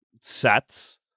sets